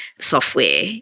software